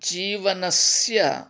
जीवनस्य